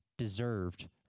Deserved